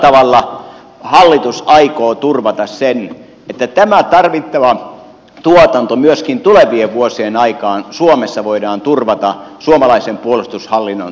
millä tavalla hallitus aikoo turvata sen että tämä tarvittava tuotanto myöskin tulevien vuosien aikaan suomessa voidaan turvata suomalaisen puolustushallinnon tarpeisiin